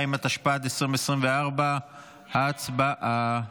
42), התשפ"ד 2024. הצבעה.